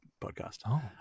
podcast